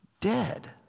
dead